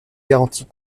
garanties